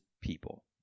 people